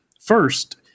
first